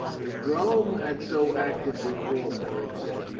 if rome had so acted before, beric said,